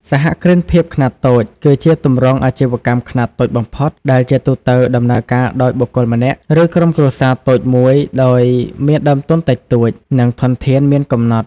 សហគ្រិនភាពខ្នាតតូច គឺជាទម្រង់អាជីវកម្មខ្នាតតូចបំផុត ដែលជាទូទៅដំណើរការដោយបុគ្គលម្នាក់ ឬក្រុមគ្រួសារតូចមួយដោយមានដើមទុនតិចតួច និងធនធានមានកំណត់ ។